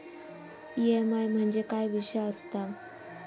EMI म्हणजे काय विषय आसता?